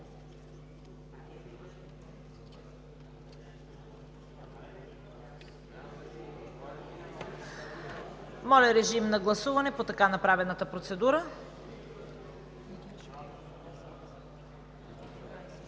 Моля, режим на гласуване по така направената процедура.